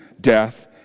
death